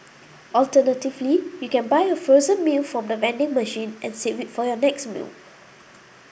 alternatively you can buy a frozen meal from the vending machine and save it for your next meal